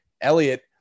Elliot